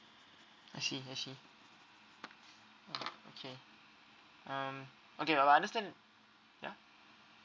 I see I see uh okay um okay uh understand ya